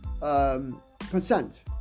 consent